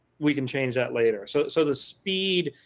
we can change that later. so so the speed,